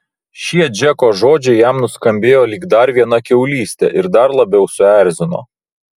šie džeko žodžiai jam nuskambėjo lyg dar viena kiaulystė ir dar labiau suerzino